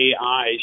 AI